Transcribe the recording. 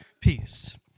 peace